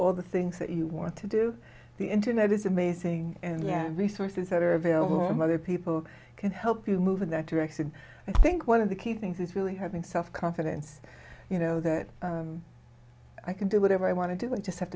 all the things that you want to do the internet is amazing resources that are available and whether people can help you move in that direction i think one of the key things is really having self confidence you know that i can do whatever i want to do and just have